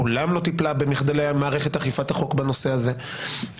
מעולם לא טיפלה במערכת אכיפת החוק בנושא הזה,